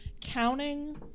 counting